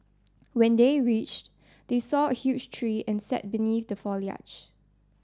when they reached they saw a huge tree and sat beneath the foliage